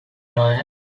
night